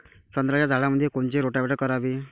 संत्र्याच्या झाडामंदी कोनचे रोटावेटर करावे?